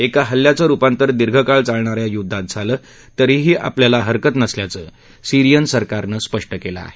एका हल्ल्याचं रुपांतर दीर्घकाळ चालणा या युद्धात झालं तरीही आपल्याला हरकत नसल्याचं सिरीयन सरकारनं स्पष्ट केलं आहे